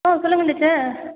ஆ சொல்லுங்கள் டீச்சர்